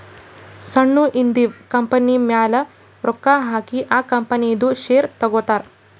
ಸಣ್ಣು ಇದ್ದಿವ್ ಕಂಪನಿಮ್ಯಾಲ ರೊಕ್ಕಾ ಹಾಕಿ ಆ ಕಂಪನಿದು ಶೇರ್ ತಗೋತಾರ್